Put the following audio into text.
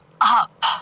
up